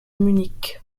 munich